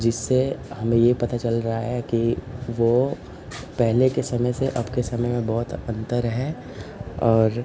जिससे हमें ये पता चल रहा है कि वो पहले के समय से अब के समय में बहुत अंतर है और